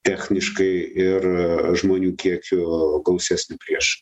techniškai ir žmonių kiekiu gausesnį priešą